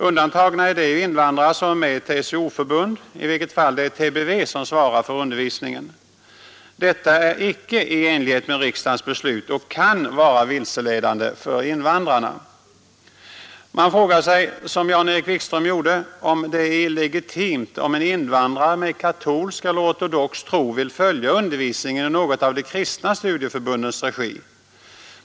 Undantagna är de invandrare som är med i TCO-förbund, i vilket fall det är TBV som svarar för undervisningen. Detta är icke i enlighet med riksdagens beslut och kan vara vilseledande för invandrarna. Man frågar sig, som Jan-Erik Wikström gjorde, huruvida det är legitimt om en invandrare med katolsk eller ortodox tro vill följa undervisningen i något av de kristna studieförbundens regi.